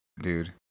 dude